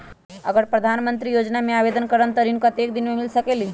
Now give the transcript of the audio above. अगर प्रधानमंत्री योजना में आवेदन करम त ऋण कतेक दिन मे मिल सकेली?